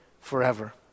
forever